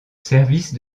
service